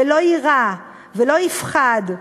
ולא יירא ולא יפחד,